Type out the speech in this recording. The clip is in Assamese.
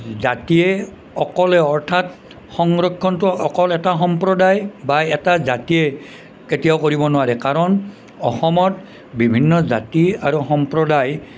জাতিয়ে অকলে অৰ্থাৎ সংৰক্ষণটো অকল এটা সম্প্ৰদায় বা এটা জাতিয়ে কেতিয়াও কৰিব নোৱাৰে কাৰণ অসমত বিভিন্ন জাতি আৰু সম্প্ৰদায়